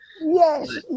Yes